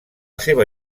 seva